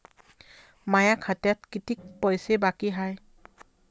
माया खात्यात कितीक पैसे बाकी हाय?